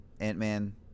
Ant-Man